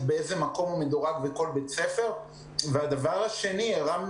כמה ילדים נהנים מהשרות הזה